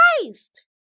Christ